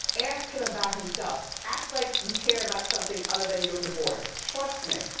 ask him about himself. act like you care about something other than your divorce. trust me.